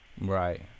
Right